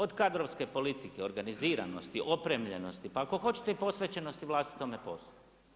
Od kadrovske politike, organiziranosti, opremljenosti, pa ako hoćete i posvećenosti vlastitome poslu.